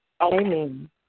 Amen